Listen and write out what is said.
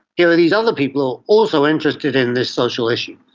here are these other people also interested in this social issue.